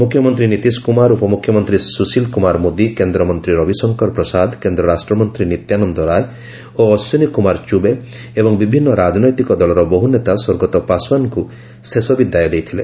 ମୁଖ୍ୟମନ୍ତ୍ରୀ ନୀତିଶ କୁମାର ଉପମୁଖ୍ୟମନ୍ତ୍ରୀ ସୁଶୀଲ କୁମାର ମୋଦୀ କେନ୍ଦ୍ର ମନ୍ତ୍ରୀ ରବିଶଙ୍କର ପ୍ରସାଦ କେନ୍ଦ୍ର ରାଷ୍ଟ୍ରମନ୍ତ୍ରୀ ନିତ୍ୟାନନ୍ଦ ରାୟ ଓ ଅଶ୍ୱିନୀ କୁମାର ଚୁବେ ଏବଂ ବିଭିନ୍ନ ରାଜନୈତିକ ଦଳର ବହୁ ନେତା ସ୍ୱର୍ଗତ ପାଶଓ୍ୱାନ୍ଙ୍କୁ ଶେଷ ବିଦାୟ ଦେଇଥିଲେ